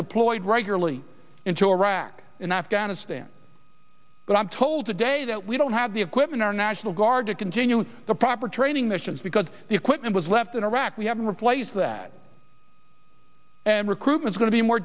deployed regularly into iraq and afghanistan but i'm told today that we don't have the equipment or national guard to continue with the proper training missions because the equipment was left in iraq we have to replace that and recruitment going to be more